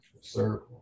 Sir